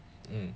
hmm